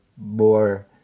more